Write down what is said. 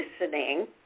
listening